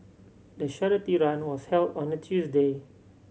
the charity run was held on a Tuesday